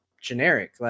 generic